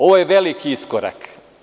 Ovo je veliki iskorak.